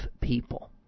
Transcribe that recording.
people